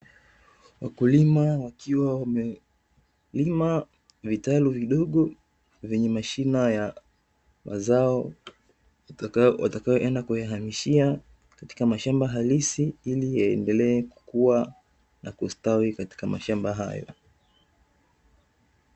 Wakulima wakiwa wamelima vitalu vidogo, vyenye mashina ya mazao watakayoenda kuyahamishia katika mashamba halisi, ili iendelee kukua na kustawi katika mashamba hayo.